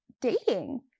dating